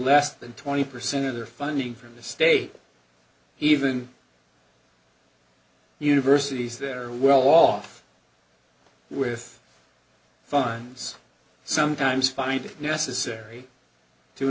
less than twenty percent of their funding from the state even universities they're well off with funds sometimes find it necessary to